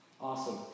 Awesome